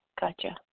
Gotcha